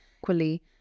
Equally